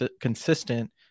consistent